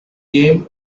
game